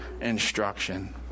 instruction